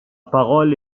parole